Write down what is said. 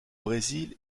brésil